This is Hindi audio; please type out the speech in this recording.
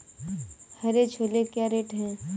हरे छोले क्या रेट हैं?